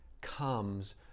comes